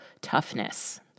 toughness